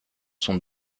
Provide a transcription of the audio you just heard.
sont